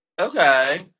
Okay